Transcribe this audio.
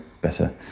Better